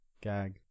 Gag